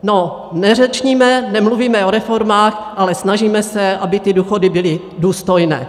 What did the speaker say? No, neřečníme, nemluvíme o reformách, ale snažíme se, aby ty důchody byly důstojné.